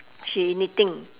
she knitting